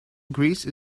greece